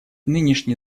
нынешний